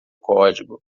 código